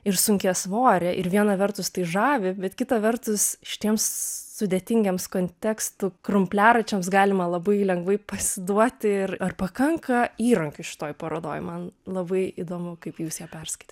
ir sunkiasvorė ir viena vertus tai žavi bet kita vertus štiems sudėtingiems kontekstų krumpliaračiams galima labai lengvai pasiduoti ir ar pakanka įrankių šitoj parodoj man labai įdomu kaip jūs ją perskaitėt